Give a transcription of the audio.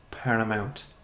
paramount